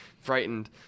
frightened